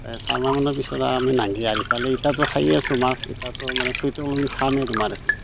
এই চাৰিমাহমানৰ পিছত আমি নাগে আৰু ইফালে এতিয়াতো খায়েই আছোঁ মাছ এতিয়াতো মানে চৈত আমি খামেইতো মাছ